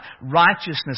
righteousness